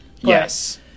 Yes